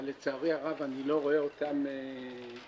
אבל לצערי הרב, אני לא רואה אותן מיושמות,